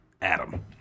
Adam